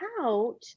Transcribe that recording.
out